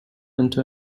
into